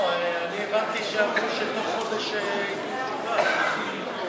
לא, אני הבנתי שאמרו שבתוך חודש ייתנו תשובה.